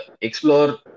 explore